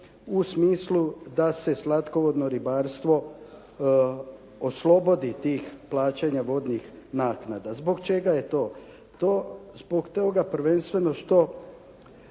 u smislu da se slatkovodno ribarstvo oslobodi tih plaćanja vodnih naknada. Zbog čega je to? Zbog toga prvenstveno što